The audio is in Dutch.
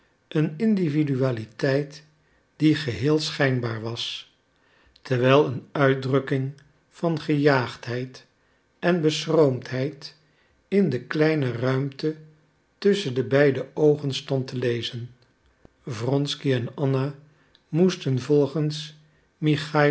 een individualiteit die geheel schijnbaar was terwijl een uitdrukking van gejaagdheid en beschroomdheid in de kleine ruimte tusschen de beide oogen stond te lezen wronsky en anna moesten volgens michaïlof